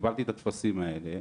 וקיבלתי את הטפסים האלה,